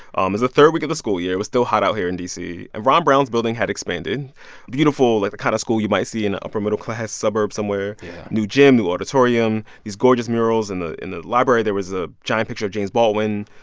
um was the third week of the school year. it was still hot out here in d c. and ron brown's building had expanded beautiful, like the kind of school you might see in an upper middle-class suburb somewhere new gym, new auditorium, these gorgeous murals. and in the library, there was a giant picture of james baldwin.